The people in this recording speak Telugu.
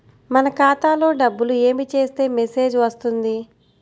మన ఖాతాలో డబ్బులు ఏమి చేస్తే మెసేజ్ వస్తుంది?